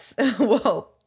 whoa